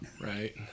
right